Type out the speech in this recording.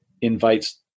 invites